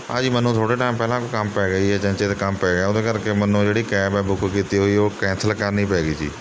ਭਾਅ ਜੀ ਮੈਨੂੰ ਥੋੜ੍ਹੇ ਟੈਮ ਪਹਿਲਾਂ ਕੋਈ ਕੰਮ ਪੈ ਗਿਆ ਅਚਨਚੇਤ ਕੰਮ ਪੈ ਗਿਆ ਉਹਦੇ ਕਰਕੇ ਮੈਨੂੰ ਜਿਹੜੀ ਕੈਬ ਹੈ ਬੁੱਕ ਕੀਤੀ ਹੋਈ ਉਹ ਕੈਂਸਲ ਕਰਨੀ ਪੈ ਗਈ ਜੀ